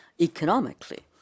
economically